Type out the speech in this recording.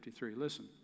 listen